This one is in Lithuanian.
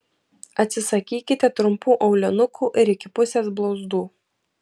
atsisakykite trumpų aulinukų ir iki pusės blauzdų